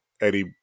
Eddie